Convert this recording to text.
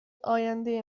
آینده